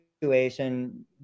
situation